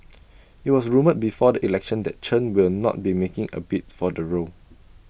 IT was rumoured before the election that Chen will not be making A bid for the role